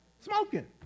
smoking